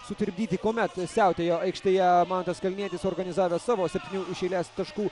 sutrikdyti kuomet siautėjo aikštėje mantas kalnietis suorganizavęs savo septynių iš eilės taškų